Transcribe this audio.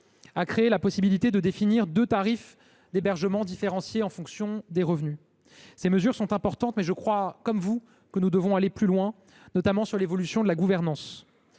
la possibilité de définir deux tarifs d’hébergement différenciés en fonction des revenus. Ces mesures sont importantes, mais je pense, comme vous, que nous devons aller plus loin, notamment en faisant évoluer la gouvernance